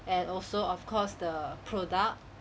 and also of course the product